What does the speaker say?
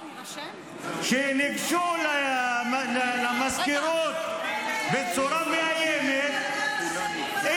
שניגשו למזכירות בצורה מאיימת -- מלך,